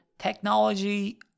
Technology